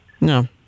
No